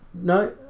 No